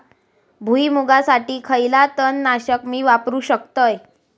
भुईमुगासाठी खयला तण नाशक मी वापरू शकतय?